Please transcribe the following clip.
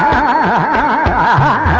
aa